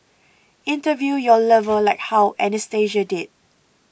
interview your lover like how Anastasia did